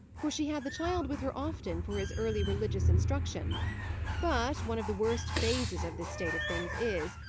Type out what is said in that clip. for she had the child with her often for his early religious instruction but, one of the worst phases of this state of things is,